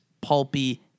pulpy